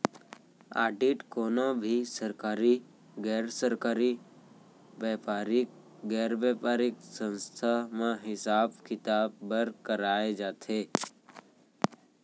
audit कोनो भी सरकारी, गैर सरकारी, बेपारिक, गैर बेपारिक संस्था म हिसाब किताब बर कराए जाथे